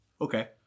Okay